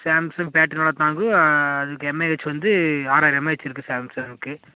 Samsung battery நல்லா தாங்கும் அதுக்கு எம்ஏஹெச் வந்து ஆறாயிரம் எம்ஏஹெச் இருக்குது சாம்சங்க்கு